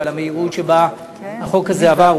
על המהירות שבה החוק הזה עבר.